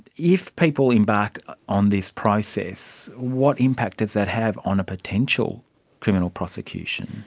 if people embark on this process, what impact does that have on a potential criminal prosecution?